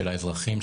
של האזרחים,